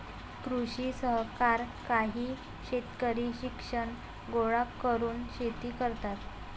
कृषी सहकार काही शेतकरी शिक्षण गोळा करून शेती करतात